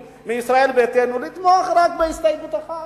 מישראל ביתנו זה לתמוך רק בהסתייגות אחת,